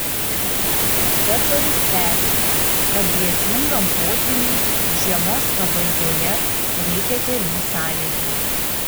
profesorius tęsia kad grėsmingam potvyniui žiemos pabaigoje reikia kelių sąlygų